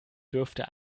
dürfte